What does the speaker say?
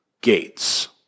gates